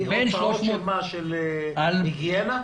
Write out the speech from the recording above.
הוצאות על היגיינה?